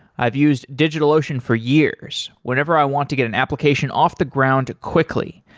i've used digitalocean for years, whenever i want to get an application off the ground quickly.